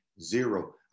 Zero